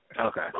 Okay